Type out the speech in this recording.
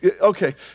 okay